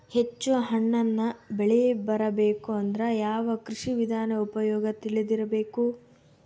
ಹೆಚ್ಚು ಹಣ್ಣನ್ನ ಬೆಳಿ ಬರಬೇಕು ಅಂದ್ರ ಯಾವ ಕೃಷಿ ವಿಧಾನ ಉಪಯೋಗ ತಿಳಿದಿರಬೇಕು?